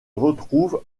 retrouve